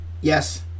Yes